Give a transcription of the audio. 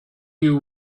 you